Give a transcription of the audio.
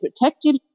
protective